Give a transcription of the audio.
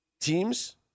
teams